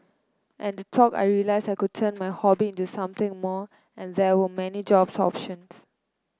at the talk I realised I could turn my hobby into something more and there were many job options